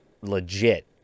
legit